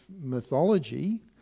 mythology